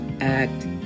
act